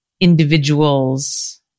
individuals